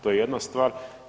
To je jedna stvar.